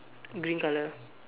green colour